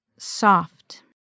Soft